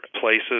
places